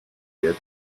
get